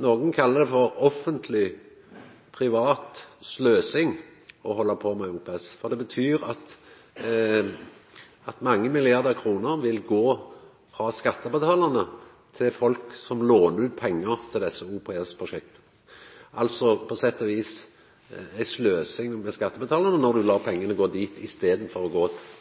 Nokon kallar det for Offentleg Privat Sløsing å halda på med OPS, for det betyr at mange milliardar kroner vil gå frå skattebetalarane til folk som låner ut pengar til desse OPS-prosjekta – altså på sett og vis ei sløsing med skattebetalarane sine pengar, når ein lèt pengane gå dit i staden for å gå